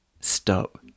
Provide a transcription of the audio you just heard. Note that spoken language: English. stop